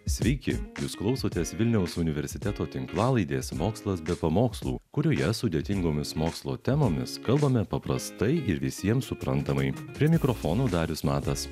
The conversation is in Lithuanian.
sveiki jūs klausotės vilniaus universiteto tinklalaidės mokslas be pamokslų kurioje sudėtingomis mokslo temomis kalbame paprastai ir visiems suprantamai prie mikrofonų darius matas